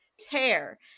tear